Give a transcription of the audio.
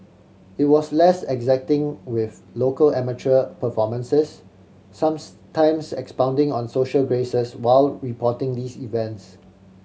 it was less exacting with local amateur performances times expounding on social graces while reporting these events